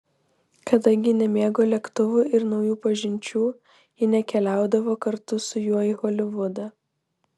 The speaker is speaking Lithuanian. kadangi nemėgo lėktuvų ir naujų pažinčių ji nekeliaudavo kartu su juo į holivudą